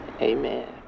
amen